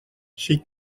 she